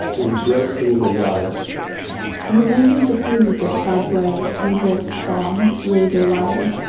embracing the wire in the nineteen sixty s, you get barbed wires evil spawn razor wire,